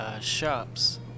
shops